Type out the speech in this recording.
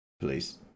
please